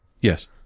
Yes